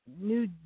New